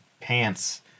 pants